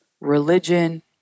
religion